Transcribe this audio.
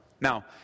Now